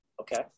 Okay